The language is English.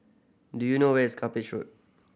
do you know where is Cuppage Road